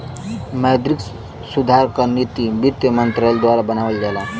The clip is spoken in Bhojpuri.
मौद्रिक सुधार क नीति वित्त मंत्रालय द्वारा बनावल जाला